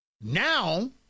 Now